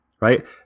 right